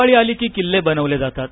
दिवाळी आली कि किल्ले बनवले जातात